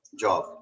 job